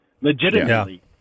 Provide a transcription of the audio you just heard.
legitimately